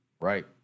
right